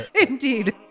Indeed